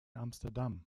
amsterdam